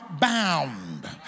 bound